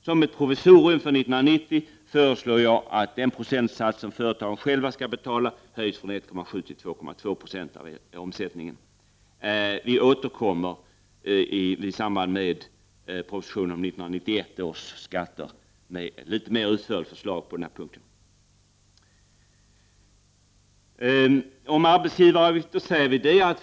Som ett provisorium för 1990 föreslår jag att den procentsats som företagen själva skall betala höjs från 1,7 till 2,2 Jo av omsättningen. Vi återkommer i samband med propositionen om 1991 års skatter med ett något mer utförligt förslag på den punkten. Om arbetsgivaravgiften säger vi följande.